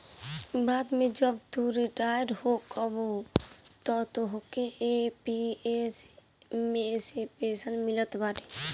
बाद में जब तू रिटायर होखबअ तअ तोहके एम.पी.एस मे से पेंशन मिलत बाटे